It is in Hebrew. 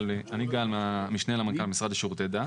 אני משנה למנכ"ל המשרד לשירותי דת.